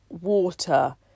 water